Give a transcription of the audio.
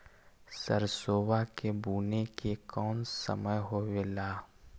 सरसोबा के बुने के कौन समय होबे ला?